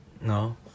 No